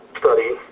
study